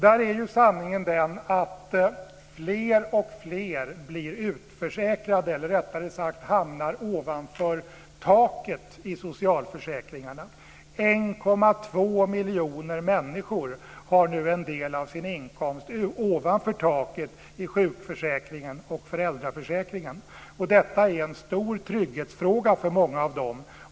Där är sanningen att fler och fler blir utförsäkrade, eller rättare sagt hamnar ovanför taket i socialförsäkringarna. 1,2 miljoner människor har en del av sin inkomst ovanför taket i sjukförsäkringen och föräldraförsäkringen. Detta är en stor trygghetsfråga för många av dem.